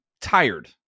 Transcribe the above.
tired